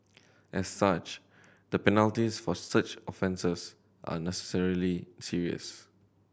as such the penalties for such offences are necessarily serious